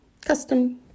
custom